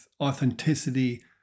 authenticity